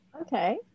okay